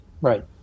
Right